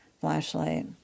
flashlight